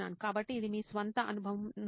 కాబట్టి ఇది మీ స్వంత అనుభవం నుండి